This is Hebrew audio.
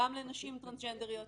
גם לנשים טרנסג'נדריות,